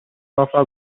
موفق